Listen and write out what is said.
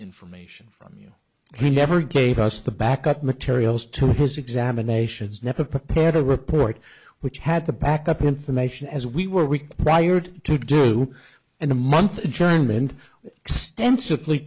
information from you he never gave us the backup materials to his examinations never prepared a report which had the backup information as we were weak briard to do and a month adjournment extensively